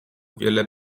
wiele